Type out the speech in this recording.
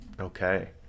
Okay